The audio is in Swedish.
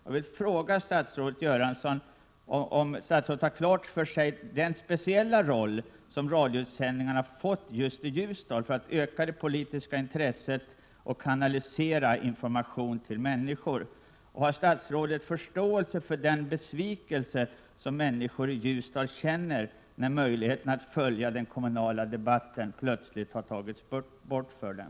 Mina frågor till statsrådet Göransson är: Har statsrådet klart för sig den speciella roll som lokalradioutsändningarna just i Ljusdal har fått för att öka det politiska intresset och för att kanalisera information till människor? Har statsrådet förståelse för den besvikelse som invånarna i Ljusdal känner när möjligheten att följa den kommunala debatten plötsligt har tagits bort från dem?